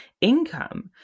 income